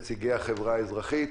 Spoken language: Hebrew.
נציגי החברה האזרחית.